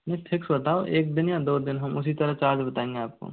नहीं फिक्स बताओ एक दिन या दो दिन हम उसी तरह चार्ज बताएंगे है आपको